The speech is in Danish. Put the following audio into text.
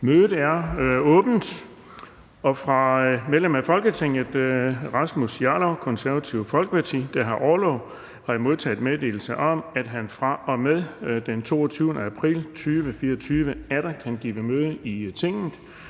Mødet er åbnet. Fra medlem af Folketinget Rasmus Jarlov (KF), der har orlov, har jeg modtaget meddelelse om, at han fra og med den 22. april 2024 atter kan give møde i Tinget.